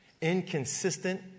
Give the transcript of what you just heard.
Inconsistent